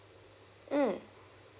mm